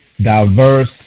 diverse